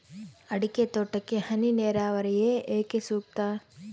ಅಡಿಕೆ ತೋಟಕ್ಕೆ ಹನಿ ನೇರಾವರಿಯೇ ಏಕೆ ಸೂಕ್ತ?